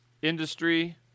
Industry